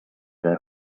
their